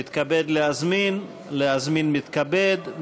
מתנגדים, אין נמנעים.